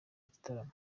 igitaramo